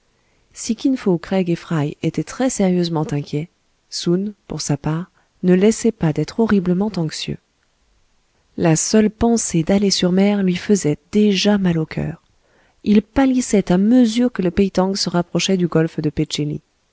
et fry étaient très sérieusement inquiets soun pour sa part ne laissait pas d'être horriblement anxieux la seule pensée d'aller sur mer lui faisait déjà mal au coeur il pâlissait à mesure que le peï tang se rapprochait du golfe de